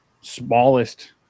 smallest